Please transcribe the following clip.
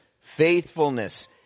faithfulness